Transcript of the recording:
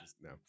no